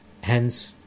Hence